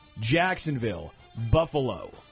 Jacksonville-Buffalo